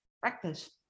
breakfast